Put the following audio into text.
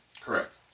Correct